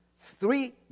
three